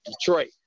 Detroit